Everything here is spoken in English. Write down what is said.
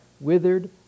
withered